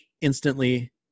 instantly